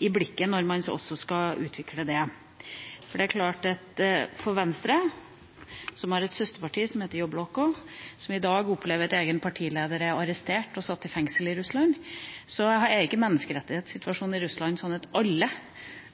i blikket når man skal utvikle dette. Det er klart at for Venstre, som har et søsterparti som heter Yabloko, som i dag opplever at deres egen partileder er arrestert og satt i fengsel i Russland, er ikke menneskerettighetssituasjonen i Russland sånn at alle